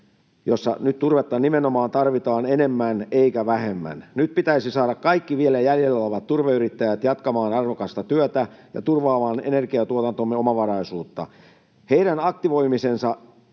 Nyt turvetta nimenomaan tarvitaan enemmän eikä vähemmän. Nyt pitäisi saada kaikki vielä jäljellä olevat turveyrittäjät jatkamaan arvokasta työtä ja turvaamaan energiatuotantomme omavaraisuutta. Heidän aktivoimisensa